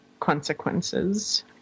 consequences